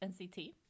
nct